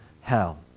hell